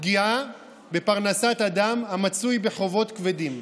פגיעה בפרנסת אדם המצוי בחובות כבדים.